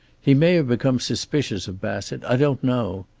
he may have become suspicious of bassett. i don't know.